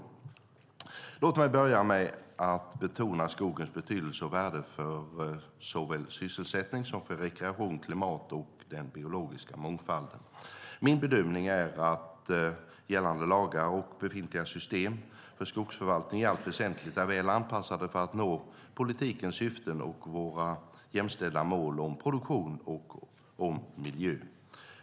Låt mig börja med att betona skogens betydelse och värde för såväl sysselsättning som rekreation, klimatet och den biologiska mångfalden. Min bedömning är att gällande lagar och befintliga system för skogsförvaltning i allt väsentligt är väl anpassade för att nå politikens syften och våra jämställda mål om produktion och om miljö.